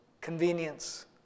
convenience